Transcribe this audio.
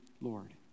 Lord